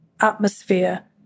atmosphere